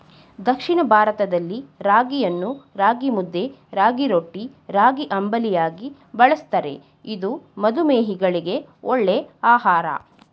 ದಕ್ಷಿಣ ಭಾರತದಲ್ಲಿ ರಾಗಿಯನ್ನು ರಾಗಿಮುದ್ದೆ, ರಾಗಿರೊಟ್ಟಿ, ರಾಗಿಅಂಬಲಿಯಾಗಿ ಬಳ್ಸತ್ತರೆ ಇದು ಮಧುಮೇಹಿಗಳಿಗೆ ಒಳ್ಳೆ ಆಹಾರ